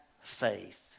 faith